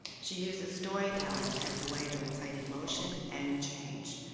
she uses storytelling as a way to incite emotion and change.